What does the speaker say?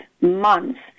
months